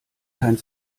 kein